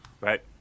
Right